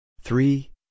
Three